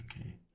Okay